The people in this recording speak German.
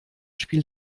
spiel